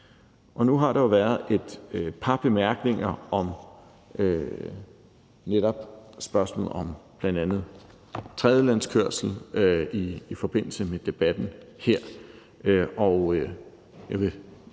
Nu har der jo været et par bemærkninger om netop spørgsmålet om bl.a. tredjelandskørsel i forbindelse med debatten her,